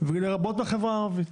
ולרבות בחברה הערבית